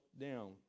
down